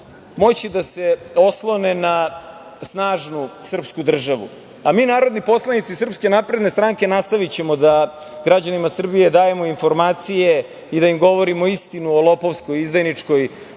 moći da se oslone na snažnu srpsku državu. Mi narodni poslanici Srpske napredne stranke nastavićemo da građanima Srbije dajemo informacije i da im govorimo istinu o lopovskoj i izdajničkoj